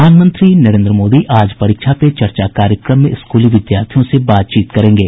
प्रधानमंत्री नरेन्द्र मोदी आज परीक्षा पे चर्चा कार्यक्रम में स्कूली विद्यार्थियों से बातचीत करेंगे